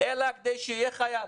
אלא כדי שיהיה חייל.